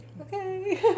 okay